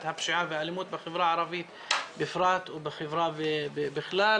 הפשיעה והאלימות בחברה הערבית בפרט ובחברה בכלל,